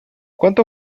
quanto